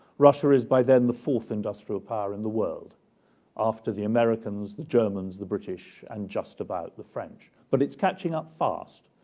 russia is by then the fourth industrial power in the world after the americans, the germans, the british and just about the french. but it's catching up fast.